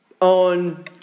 on